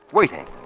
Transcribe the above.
waiting